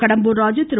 Kadambur Raju Thiru